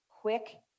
quick